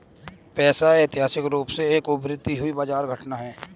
पैसा ऐतिहासिक रूप से एक उभरती हुई बाजार घटना है